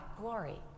glory